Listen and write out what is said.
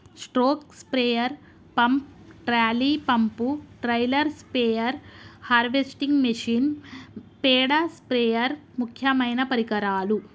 stroke sprayer pump, trolley pump, trailer spare, harvesting machine, పేడ spider ముక్యమైన పరికరాలు